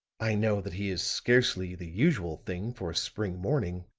i know that he is scarcely the usual thing for a spring morning.